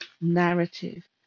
narrative